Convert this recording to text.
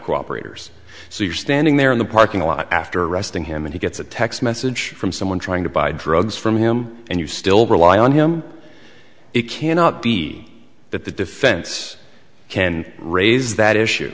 cooperators so you're standing there in the parking lot after arresting him and he gets a text message from someone trying to buy drugs from him and you still rely on him it cannot be that the defense can raise that issue